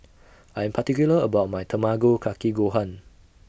I Am particular about My Tamago Kake Gohan